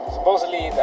Supposedly